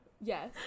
yes